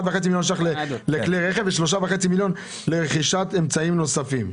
1.5 מיליון שקלים לכלי רכב ו-3.5 מיליון שקלים לרכישת אמצעים נוספים.